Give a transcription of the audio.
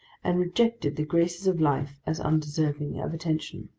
and rejected the graces of life as undeserving of attention.